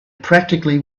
practically